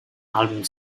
album